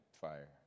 fire